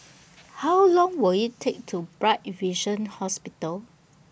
How Long Will IT Take to Walk to Bright Vision Hospital